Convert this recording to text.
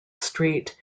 street